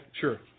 sure